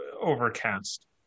overcast